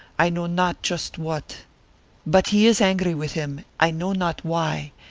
i know not just what but he is angry with him, i know not why,